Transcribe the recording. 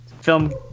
Film